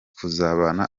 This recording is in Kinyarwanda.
kuzabana